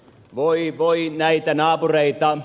voi voi näitä naapureita